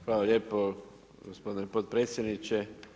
Hvala lijepo gospodine potpredsjedniče.